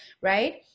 right